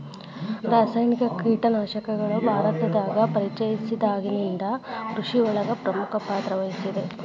ರಾಸಾಯನಿಕ ಕೇಟನಾಶಕಗಳು ಭಾರತದಾಗ ಪರಿಚಯಸಿದಾಗನಿಂದ್ ಕೃಷಿಯೊಳಗ್ ಪ್ರಮುಖ ಪಾತ್ರವಹಿಸಿದೆ